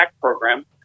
program